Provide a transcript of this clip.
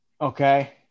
Okay